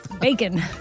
bacon